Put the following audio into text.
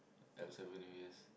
Alps Avenue yes